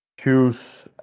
choose